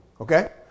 Okay